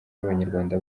w’abanyarwanda